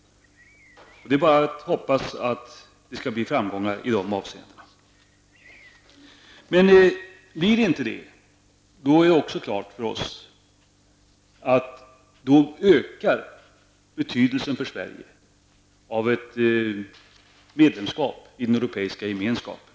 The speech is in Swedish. Det är att hoppas att man kan nå framgångar i det avseendet. Uppnår man inte dessa framgångar ökar betydelsen för Sverige av ett medlemskap i Europeiska gemenskapen.